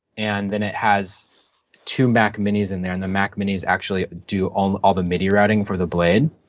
and then it has two mac minis in there, and the mac minis actually do um all the midi writing for the blade,